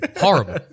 horrible